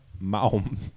Maum